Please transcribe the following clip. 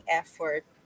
effort